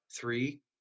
three